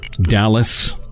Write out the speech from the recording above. Dallas